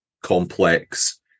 Complex